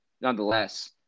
nonetheless